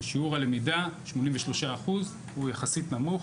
ושיעור הלמידה של 83%, הוא יחסית נמוך